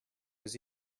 was